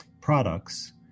products